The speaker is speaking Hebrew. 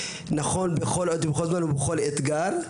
נכון בכל זמן ובכל אתגר,